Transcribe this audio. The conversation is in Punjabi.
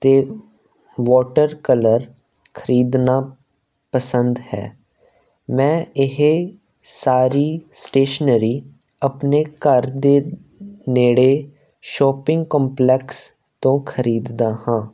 ਅਤੇ ਵਾਟਰ ਕਲਰ ਖਰੀਦਣਾ ਪਸੰਦ ਹੈ ਮੈਂ ਇਹ ਸਾਰੀ ਸਟੇਸ਼ਨਰੀ ਆਪਣੇ ਘਰ ਦੇ ਨੇੜੇ ਸ਼ੌਪਿੰਗ ਕੰਪਲੈਕਸ ਤੋਂ ਖਰੀਦਦਾ ਹਾਂ